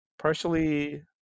partially